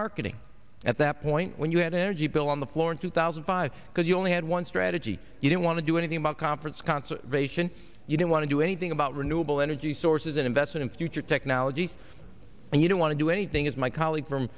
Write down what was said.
marketing at that point when you had an energy bill on the floor in two thousand five because you only had one strategy you didn't want to do anything about conference conservation you didn't want to do anything about renewable energy sources an investment in future technology and you don't want to do anything as my colleague from